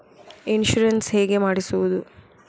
Insurance ಹೇಗೆ ಮಾಡಿಸುವುದು?